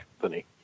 company